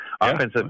Offensive